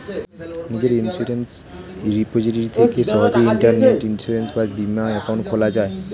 নিজের insurance repository থেকে সহজেই ইন্টারনেটে ইন্সুরেন্স বা বীমা অ্যাকাউন্ট খোলা যায়